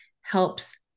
helps